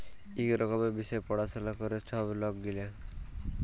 ইক রকমের বিষয় পাড়াশলা ক্যরে ছব লক গিলা